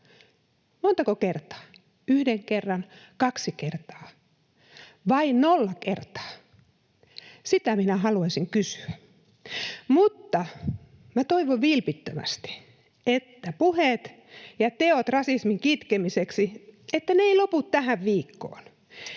Montako kertaa? Yhden kerran, kaksi kertaa vai nolla kertaa? Sitä minä haluaisin kysyä. Minä toivon vilpittömästi, että puheet ja teot rasismin kitkemiseksi eivät lopu tähän viikkoon